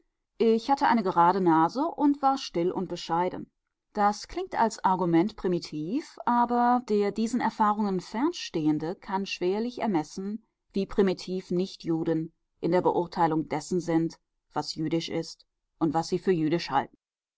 ich hatte eine gerade nase und war still und bescheiden das klingt als argument primitiv aber der diesen erfahrungen fernstehende kann schwerlich ermessen wie primitiv nichtjuden in der beurteilung dessen sind was jüdisch ist und was sie für jüdisch halten